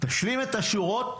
תשלים את השורות,